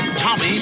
Tommy